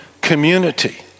community